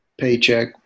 paycheck